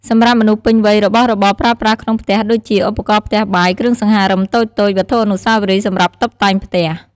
សម្រាប់មនុស្សពេញវ័យរបស់របរប្រើប្រាស់ក្នុងផ្ទះដូចជា ឧបករណ៍ផ្ទះបាយ គ្រឿងសង្ហារិមតូចៗ វត្ថុអនុស្សាវរីយ៍សម្រាប់តុបតែងផ្ទះ។